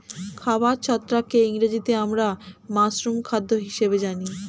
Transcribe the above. খাবার ছত্রাককে ইংরেজিতে আমরা মাশরুম খাদ্য হিসেবে জানি